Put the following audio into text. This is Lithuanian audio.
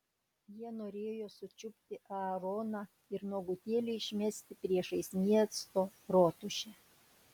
jie norėjo sučiupti aaroną ir nuogutėlį išmesti priešais miesto rotušę